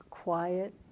quiet